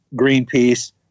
Greenpeace